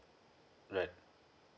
right